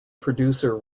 producer